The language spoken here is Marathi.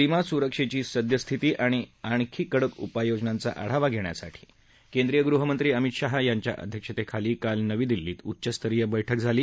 सीमासुरक्षेची सद्यस्थिती आणि आणखी कडक उपाययोजनांचा आढावा घेण्यासाठी केंद्रीय गृहमंत्री अमित शाह यांच्या अध्यक्षतेखाली काल नवी दिल्लीत उच्चस्तरीय बैठक झाली